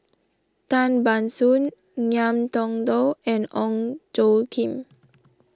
Tan Ban Soon Ngiam Tong Dow and Ong Tjoe Kim